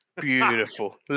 Beautiful